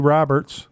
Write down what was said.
Roberts